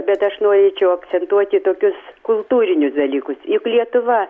bet aš norėčiau akcentuoti tokius kultūrinius dalykus juk lietuva